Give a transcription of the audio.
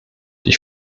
die